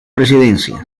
presidencia